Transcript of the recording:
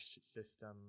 system